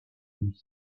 lui